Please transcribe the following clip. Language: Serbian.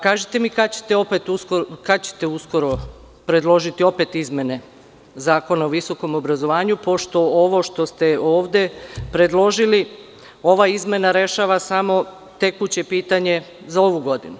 Kažite mi – kada ćete predložiti opet izmene Zakona o visokom obrazovanju, pošto ovo što ste ovde predložili, ova izmena rešava samo tekuće pitanje za ovu godinu?